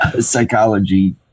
psychology